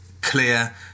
clear